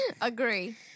Agree